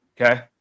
Okay